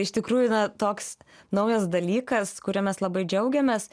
iš tikrųjų na toks naujas dalykas kuriuo mes labai džiaugiamės